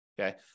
okay